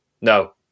No